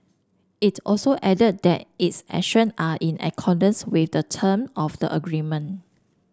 it also added that its action are in accordance with the term of the agreement